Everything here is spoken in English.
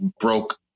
broke